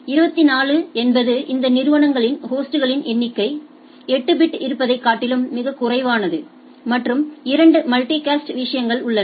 24 என்பது இந்த நிறுவனங்களில் ஹோஸ்ட்களின் எண்ணிக்கை 8 பிட் இருப்பதைக் காட்டிலும் மிகக் குறைவானது மற்றும் இரண்டு மல்டிகாஸ்ட் விஷயங்கள் உள்ளன